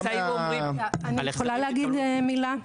אז היינו אומרים --- אני יכולה להגיד מילה?